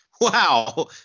Wow